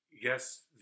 yes